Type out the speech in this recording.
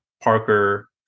Parker